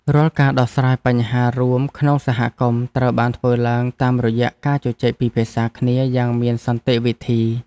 រាល់ការដោះស្រាយបញ្ហារួមក្នុងសហគមន៍ត្រូវបានធ្វើឡើងតាមរយៈការជជែកពិភាក្សាគ្នាយ៉ាងមានសន្តិវិធី។